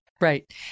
Right